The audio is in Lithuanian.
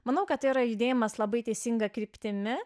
manau kad yra judėjimas labai teisinga kryptimi